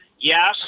Yes